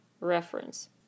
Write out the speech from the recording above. reference